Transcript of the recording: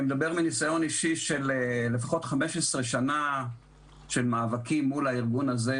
אני מדבר מניסיון אישי של לפחות 15 שנה של מאבקים מול הארגון הזה,